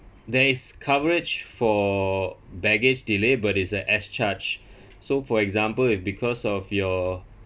there is coverage for baggage delay but is a X charge so for example if because of your